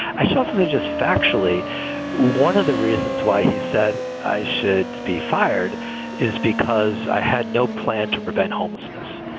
i self-images factually one of the reasons why he said i should be fired is because i had no plan to prevent homelessness.